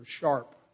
sharp